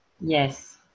yes